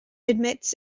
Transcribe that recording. admits